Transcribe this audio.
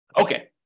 Okay